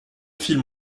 films